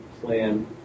plan